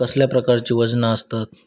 कसल्या प्रकारची वजना आसतत?